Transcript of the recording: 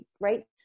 right